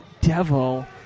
devil